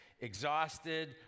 exhausted